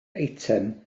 eitem